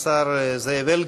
השר זאב אלקין,